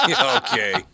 Okay